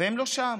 והם לא שם.